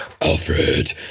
alfred